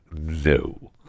No